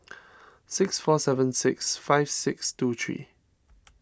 six four seven six five six two three